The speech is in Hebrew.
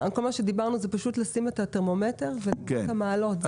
כל מה שאמרנו זה פשוט לשים את הטרמומטר ולמדוד את המעלות.